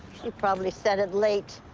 she probably sent it late.